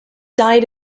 died